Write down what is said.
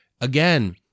again